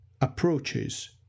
approaches